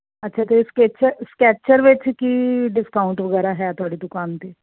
ਅੱਛਾ ਤੇ ਇਸਕੇ ਚ ਸਕੈਚਰ ਵਿੱਚ ਕੀ ਡਿਸਕਾਊਂਟ ਵਗੈਰਾ ਹੈ ਤੁਹਾਡੀ ਦੁਕਾਨ ਤੇ